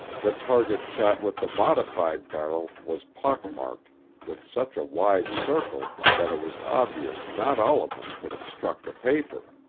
the target shot with the modified barrel was pock-marked with such a wide circle that it was obvious not all of them could have struck the paper.